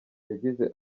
yagize